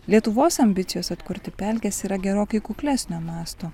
lietuvos ambicijos atkurti pelkes yra gerokai kuklesnio masto